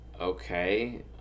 okay